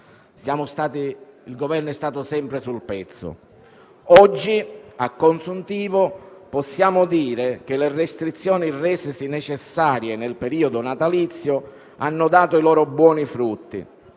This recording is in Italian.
Il Governo è stato sempre sul pezzo ed oggi, a consuntivo, possiamo dire che le restrizioni resesi necessarie nel periodo natalizio hanno dato i loro buoni frutti.